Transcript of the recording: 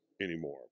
anymore